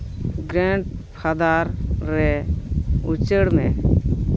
ᱜᱨᱮᱱᱰᱼᱯᱷᱟᱫᱟᱨ ᱨᱮ ᱩᱪᱟᱹᱲ ᱢᱮ